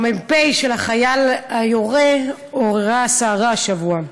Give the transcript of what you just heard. המ"פ של החייל היורה, עורר סערה השבוע.